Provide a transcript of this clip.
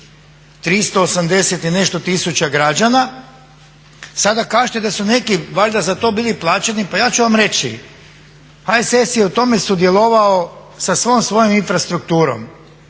380 i nešto tisuća građana. Sada kažete da su neki valjda za to bili plaćeni. Pa ja ću vam reći. HSS je u tome sudjelovao sa svom svojom infrastrukturom